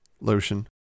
lotion